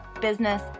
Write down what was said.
business